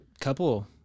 Couple